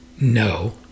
No